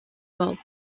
well